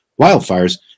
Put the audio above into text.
wildfires